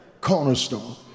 cornerstone